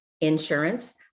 insurance